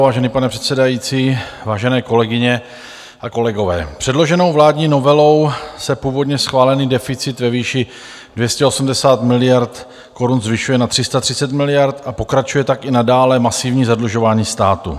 Vážený pane předsedající, vážené kolegyně a kolegové, předloženou vládní novelou se původně schválený deficit ve výši 280 miliard korun zvyšuje na 330 miliard a pokračuje tak i nadále masivní zadlužování státu.